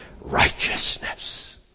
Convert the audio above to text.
righteousness